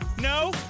No